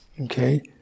okay